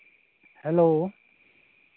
hello